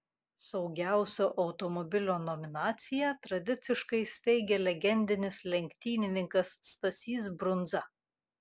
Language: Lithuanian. saugiausio automobilio nominaciją tradiciškai steigia legendinis lenktynininkas stasys brundza